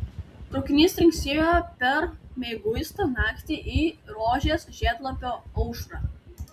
traukinys trinksėjo per mieguistą naktį į rožės žiedlapio aušrą